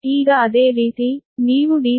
ಈಗ ಅದೇ ರೀತಿ ನೀವು dca ಅನ್ನು ಲೆಕ್ಕ ಹಾಕುತ್ತೀರಿ